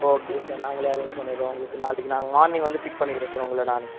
okay sir நாங்களே arrange பண்ணிடுறோம் உங்களுக்கு நாளைக்கு நான் மார்னிங் வந்து பிக் பண்ணிக்கிறேன் சார் உங்களை நான்